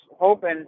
hoping